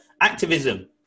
Activism